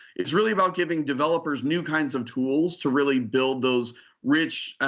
it's really about giving developers new kinds of tools to really build those rich,